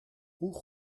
hoe